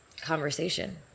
conversation